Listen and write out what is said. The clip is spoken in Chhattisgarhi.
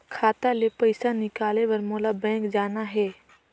खाता ले पइसा निकाले बर मोला बैंक जाना हे?